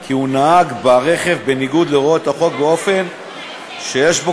כי הוא נהג ברכב בניגוד להוראות החוק באופן שיש בו